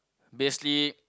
basically